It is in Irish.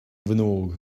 bhfuinneog